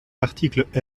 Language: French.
l’article